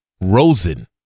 Rosen